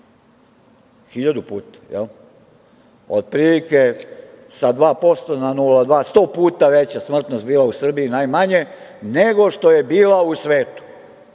Hiljadu puta, je li? Otprilike sa 2% na 0,2%, sto puta veća smrtnost je bila u Srbiji najmanje nego što je bila u svetu. Danas